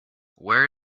where